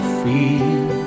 feel